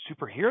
superhero